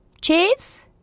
Cheers